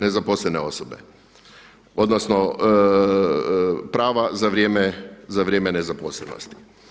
nezaposlene osobe, odnosno prava za vrijeme nezposlenosti.